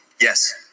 yes